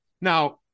Now